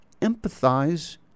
empathize